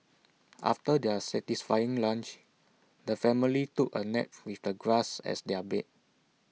after their satisfying lunch the family took A nap with the grass as their bed